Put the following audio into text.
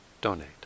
donate